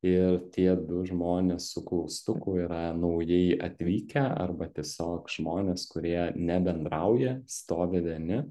ir tie du žmonės su klaustuku yra naujai atvykę arba tiesiog žmonės kurie nebendrauja stovi vieni